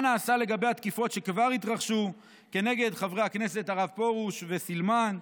מה נעשה לגבי התקיפות שכבר התרחשו כנגד חברי הכנסת הרב פרוש וסילמן?